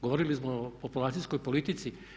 Govorili smo o populacijskoj politici.